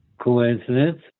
Coincidence